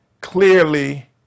clearly